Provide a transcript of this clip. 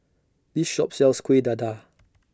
This Shop sells Kuih Dadar